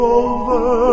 over